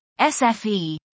SFE